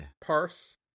parse